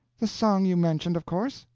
the song you mentioned, of course,